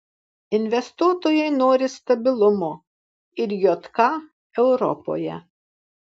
investuotojai nori stabilumo ir jk europoje